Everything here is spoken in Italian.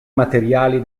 materiali